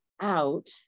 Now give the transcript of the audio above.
out